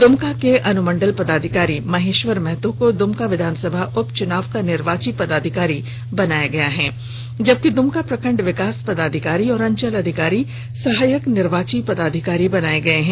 द्मका के अनुमंडल पदाधिकारी महेश्वर महतो को द्मका विधानसभा उपचुनाव का निर्वाची पदाधिकारी बनाया गया है जबकि द्मका प्रखंड विकास पदाधिकारी और अंचल अधिकारी सहायक निर्वाची पदाधिकारी बनाये गये हैं